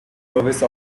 service